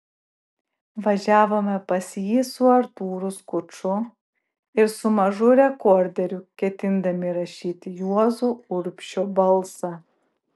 važiavome pas jį su artūru skuču ir su mažu rekorderiu ketindami įrašyti juozo urbšio balsą